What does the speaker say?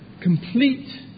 complete